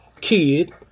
kid